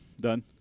done